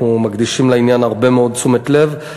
אנחנו מקדישים לעניין הרבה מאוד תשומת לב.